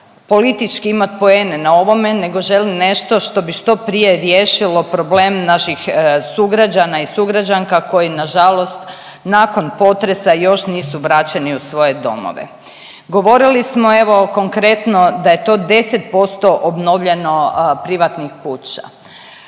politički imat poene na ovome nego želi nešto što bi što prije riješilo problem naših sugrađana i sugrađanka koji nažalost nakon potresa još nisu vraćeni u svoje domove. Govorili smo evo o konkretno da je to 10% obnovljeno privatnih kuća.